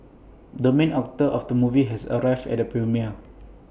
the main actor of the movie has arrived at the premiere